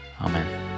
amen